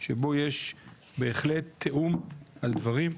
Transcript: שבו יש בהחלט תיאום על דברים,